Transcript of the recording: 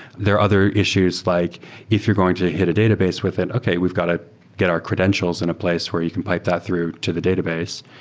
there are other issues like if you're going to hit a database with it, okay, we've got to get our credentials in a place where you can pipe that through to the database,